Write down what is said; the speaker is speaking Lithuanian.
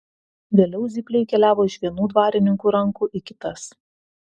vėliau zypliai keliavo iš vienų dvarininkų rankų į kitas